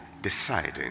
Deciding